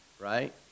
right